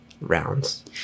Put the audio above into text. rounds